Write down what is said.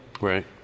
Right